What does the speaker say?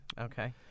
Okay